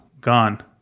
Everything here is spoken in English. Gone